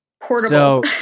Portable